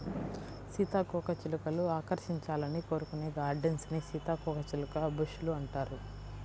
సీతాకోకచిలుకలు ఆకర్షించాలని కోరుకునే గార్డెన్స్ ని సీతాకోకచిలుక బుష్ లు అంటారు